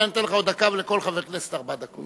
הנה אני נותן לך עוד דקה ולכל חבר כנסת ארבע דקות.